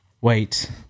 Wait